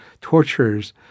tortures